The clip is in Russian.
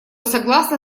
согласны